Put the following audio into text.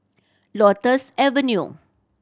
Lotus Avenue